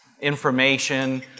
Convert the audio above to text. information